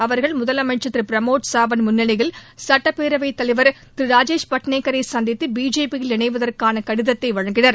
அவர்கள் முதலமைச்சர் திரு பிரமோத் சாவந்த் முன்னிலையில் சட்டப்பேரவைத்தலைவர் திரு ராஜேஷ் பட்நேகரை சந்தித்து பிஜேபியில் இணைவதற்கான கடிதத்தை வழங்கினர்